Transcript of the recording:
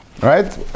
right